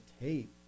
tape